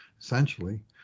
essentially